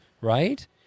right